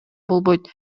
болбойт